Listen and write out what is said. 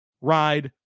ride